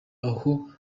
aho